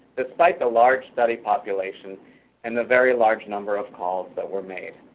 despite the large study population and the very large number of calls that were made.